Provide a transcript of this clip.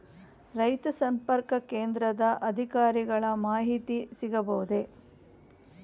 ರೈತ ಸಂಪರ್ಕ ಕೇಂದ್ರದ ಅಧಿಕಾರಿಗಳ ಮಾಹಿತಿ ಸಿಗಬಹುದೇ?